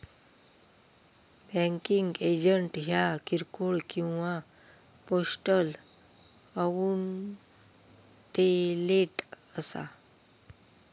banking agent ह्या किरकोळ किंवा पोस्टल आउटलेट असा